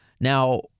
Now